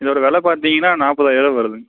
இதோட வெலை பார்த்திங்கன்னா நாப்பதாயர ரூவா வருதுங்க